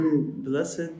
Blessed